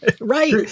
right